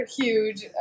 huge